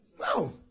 No